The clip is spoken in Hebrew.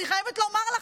אני חייבת לומר לך,